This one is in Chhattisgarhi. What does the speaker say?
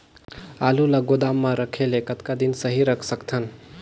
आलू ल गोदाम म रखे ले कतका दिन सही रख सकथन?